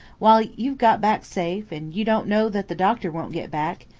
why, you've got back safe, and you don't know that the doctor won't get back,